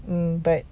mm but